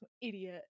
idiot